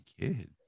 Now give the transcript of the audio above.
kid